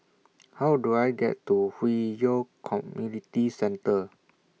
How Do I get to Hwi Yoh Community Centre